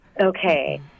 Okay